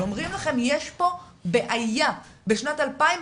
אומרים לכם שיש בעיה בשנת 2021,